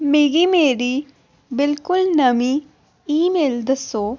मिगी मेरी बिलकुल नमीं ईमेल दस्सो